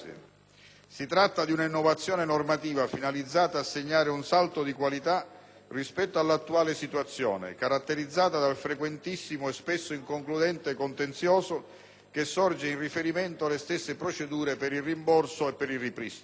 Si tratta di una innovazione normativa finalizzata a segnare un salto di qualità rispetto all'attuale situazione, caratterizzata dal frequentissimo e spesso inconcludente contenzioso che sorge in riferimento alle stesse procedure per il rimborso. Del resto,